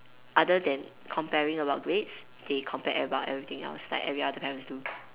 other than comparing about grades they compare about everything else like every other parents do